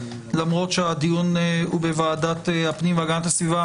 למרות שהדיון הוא בוועדת הפנים והגנת הסביבה.